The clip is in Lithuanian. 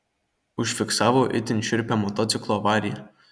užfiksavo itin šiurpią motociklo avariją